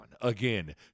again